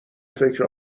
فکر